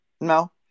No